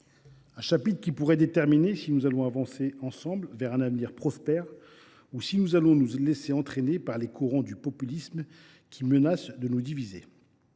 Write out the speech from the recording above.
européenne, qui pourrait déterminer si nous allons avancer ensemble vers un avenir prospère, ou si nous allons nous laisser entraîner par les courants du populisme qui menacent de nous diviser.